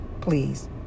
please